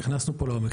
נכנסנו פה לעומק.